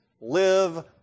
live